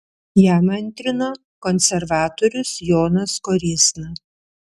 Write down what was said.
jam antrino konservatorius jonas koryzna